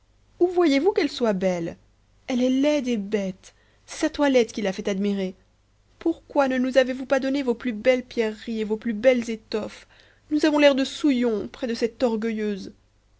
où voyez-vous qu'elle soit belle elle est laide et bête c'est sa toilette qui la fait admirer pourquoi ne nous avez-vous pas donné vos plus belles pierreries et vos plus belles étoffes nous avons l'air de souillons près de cette orgueilleuse